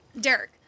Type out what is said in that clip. Derek